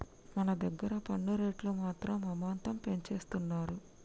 మన దగ్గర పన్ను రేట్లు మాత్రం అమాంతం పెంచేస్తున్నారు